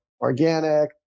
organic